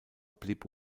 blieb